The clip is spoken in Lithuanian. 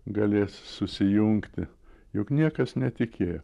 galės susijungti juk niekas netikėjo